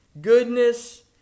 goodness